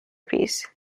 piece